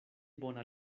bona